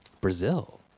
Brazil